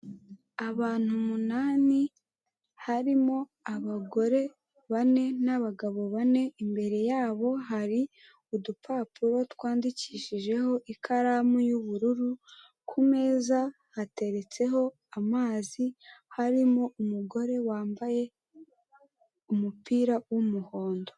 Abantu umunani harimo abagore bane n'abagabo bane, imbere yabo hari udupapuro twandikishijeho ikaramu y'ubururu, ku meza hateretseho amazi, harimo umugore wambaye umupira w'umuhondo.